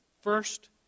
First